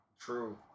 True